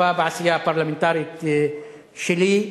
אני יכול להרגיש גאווה בעשייה הפרלמנטרית שלי.